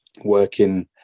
working